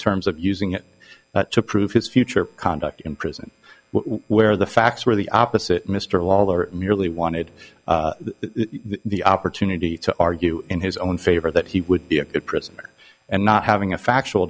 terms of using it to prove his future conduct in prison where the facts are the opposite mr lawlor merely wanted the opportunity to argue in his own favor that he would be a prisoner and not having a factual